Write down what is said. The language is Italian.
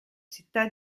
città